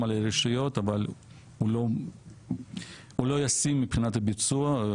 על הרשויות אבל הוא לא ישים מבחינת הביצוע.